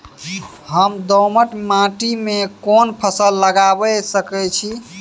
हम दोमट माटी में कोन फसल लगाबै सकेत छी?